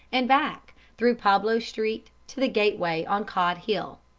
and back, through pablo street, to the gateway on cod hill.